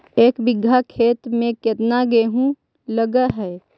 एक बिघा खेत में केतना गेहूं लग है?